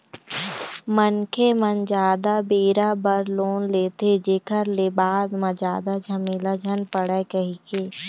मनखे मन जादा बेरा बर लोन लेथे, जेखर ले बाद म जादा झमेला झन पड़य कहिके